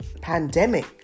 pandemic